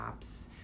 apps